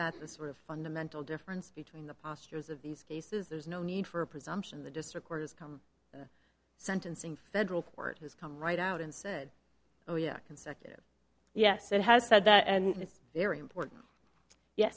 that the sort of fundamental difference between the postures of these cases there is no need for a presumption the district court has come sentencing federal court has come right out and said oh yeah consecutive yes it has said that and it's very important ye